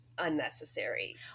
unnecessary